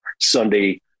Sunday